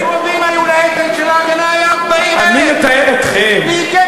250 רובים היו לאצ"ל כשל"הגנה" היה 40,000. אני מתאר אתכם.